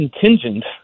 contingent